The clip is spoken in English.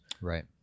Right